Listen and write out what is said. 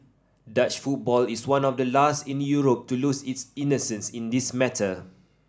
Dutch football is one of the last in Europe to lose its innocence in this matter